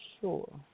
sure